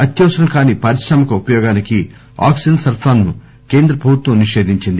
అత్యవసరం కాని పారిశ్రామిక ఉపయోగానికి ఆక్సిజన్ సరఫరాను కేంద్ర ప్రభుత్వం నిషేధించింది